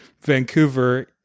Vancouver